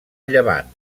llevant